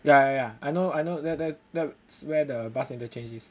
yeah yeah yeah I know I know that that that's where the bus interchange is